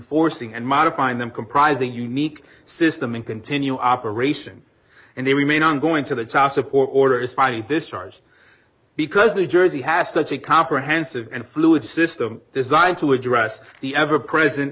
forcing and modifying them comprising unique system and continue operation and they remain ongoing to the child support order is fighting this stars because new jersey has such a comprehensive and fluid system designed to address the ever present